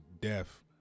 death